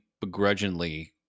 begrudgingly